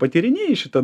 patyrinėji šitą